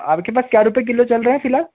आपके पास क्या रुपए किलो चल रहे हैं फ़िलहाल